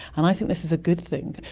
and i think this is a good thing,